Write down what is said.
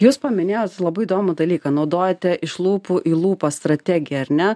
jūs paminėjot labai įdomų dalyką naudojate iš lūpų į lūpas strategiją ar ne